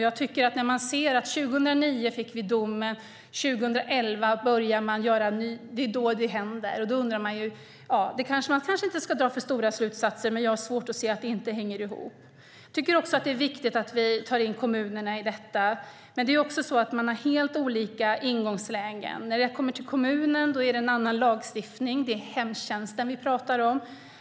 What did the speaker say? Jag tycker att man ser att vi fick domen 2009, och det är 2011 det händer. Man kanske inte ska dra för stora slutsatser, men jag har svårt att se att det inte hänger ihop. Jag tycker också att det är viktigt att vi tar in kommunerna i detta, men det är även så att man har helt olika ingångslägen. När det kommer till kommunen är det en annan lagstiftning - det är hemtjänsten vi pratar om.